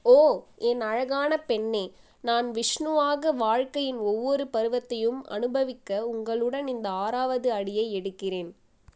ஓ என் அழகான பெண்ணே நான் விஷ்ணுவாக வாழ்க்கையின் ஒவ்வொரு பருவத்தையும் அனுபவிக்க உங்களுடன் இந்த ஆறாவது அடியை எடுக்கிறேன்